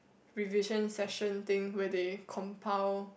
revision session thing where they compile